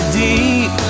deep